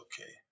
okay